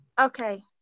Okay